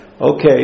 okay